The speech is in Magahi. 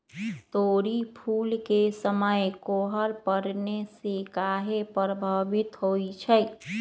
तोरी फुल के समय कोहर पड़ने से काहे पभवित होई छई?